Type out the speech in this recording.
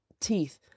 teeth